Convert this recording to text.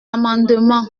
amendement